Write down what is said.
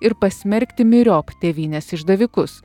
ir pasmerkti myriop tėvynės išdavikus